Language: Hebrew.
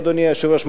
אדוני היושב-ראש,